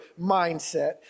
mindset